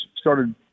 started